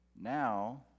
now